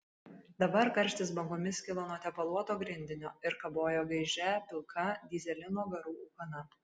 dabar karštis bangomis kilo nuo tepaluoto grindinio ir kabojo gaižia pilka dyzelino garų ūkana